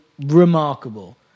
remarkable